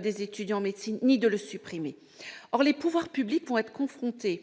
des étudiants en médecine ni même de le supprimer. Or les pouvoirs publics vont être confrontés